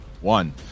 one